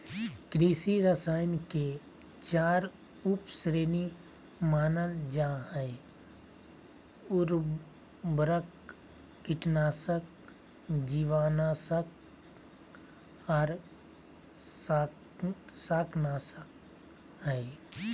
कृषि रसायन के चार उप श्रेणी मानल जा हई, उर्वरक, कीटनाशक, जीवनाशक आर शाकनाशक हई